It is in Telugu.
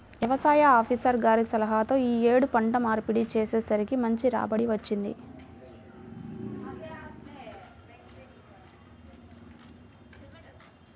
యవసాయ ఆపీసర్ గారి సలహాతో యీ యేడు పంట మార్పిడి చేసేసరికి మంచి రాబడి వచ్చింది